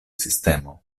sistemo